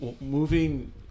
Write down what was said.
moving